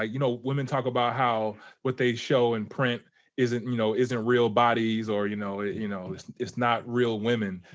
ah you know women talk about how what they show in print isn't you know isn't real bodies, or you know ah you know it's not real women.